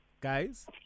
guys